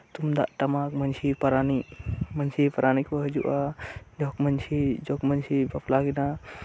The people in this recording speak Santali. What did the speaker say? ᱛᱩᱢᱫᱟᱜ ᱴᱟᱢᱟᱠ ᱢᱟᱺᱡᱷᱤ ᱯᱟᱨᱟᱱᱤᱠ ᱢᱟᱺᱡᱷᱤ ᱯᱟᱨᱟᱱᱤᱠ ᱠᱚ ᱦᱤᱡᱩᱜᱼᱟ ᱡᱚᱠ ᱢᱟᱺᱡᱷᱤ ᱡᱚᱠᱢᱟᱺᱡᱷᱤᱭ ᱵᱟᱯᱞᱟ ᱠᱤᱱᱟ